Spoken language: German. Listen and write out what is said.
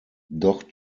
doch